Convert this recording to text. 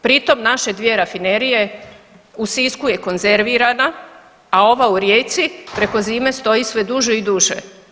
Pritom naše dvije rafinerije u Sisku je konzervirana, a ova u Rijeci preko zime stoji sve duže i duže.